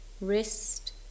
wrist